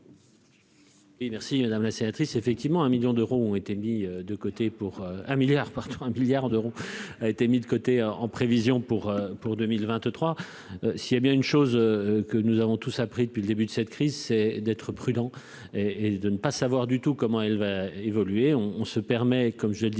de côté pour un milliard porteront un milliard d'euros, a été mis de côté en prévision pour pour 2023, s'il y a bien une chose que nous avons tous appris depuis le début de cette crise, c'est d'être prudent et et de ne pas savoir du tout comment elle va évoluer, on on se permet comme je disais